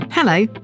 Hello